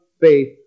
faith